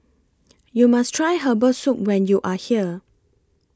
YOU must Try Herbal Soup when YOU Are here